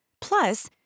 Plus